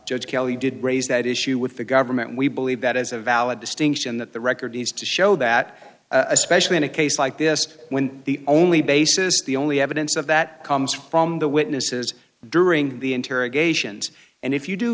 judge kelly did raise that issue with the government and we believe that is a valid distinction that the records to show that especially in a case like this when the only basis the only evidence of that comes from the witnesses during the interrogations and if you do